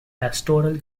pastoral